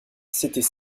c’était